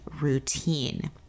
routine